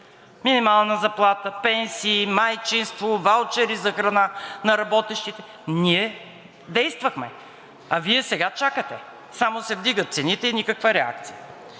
минимална заплата, пенсии, майчинство, ваучери за храна на работещите, ние действахме, а Вие сега чакате, само се вдигат цените и никаква реакция.